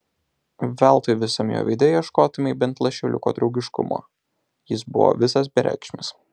veltui visam jo veide ieškotumei bent lašeliuko draugiškumo jis buvo visas bereikšmis